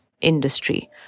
industry